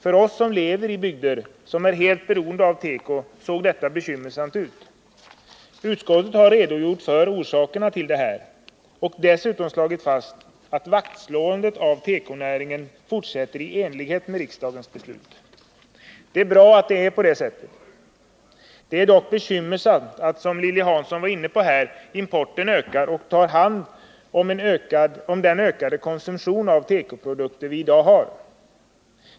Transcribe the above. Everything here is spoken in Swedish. För oss som lever i bygder som är så helt beroende av teko såg detta bekymmersamt ut. Utskottet har redogjort för orsakerna härtill och dessutom slagit fast att vaktslåendet om tekonäringen fortsätter i enlighet med riksdagens beslut. Det är bra att det är på det sättet. Det är dock bekymmersamt att, som Lilly Hansson var inne på, importen ökar och tar hand om den ökade konsumtion av tekoprodukter som vi har i dag.